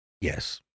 Yes